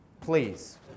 Please